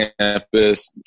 campus